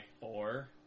four